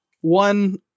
one